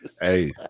Hey